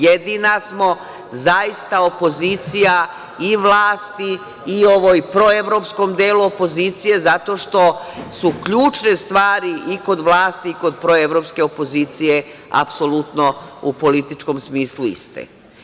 Jedina smo zaista opozicija i vlasti i ovom proevropskom delu opozicije, zato što su ključne stvari i kod vlasti i kod proevropske opozicije apsolutno u političkom smislu iste.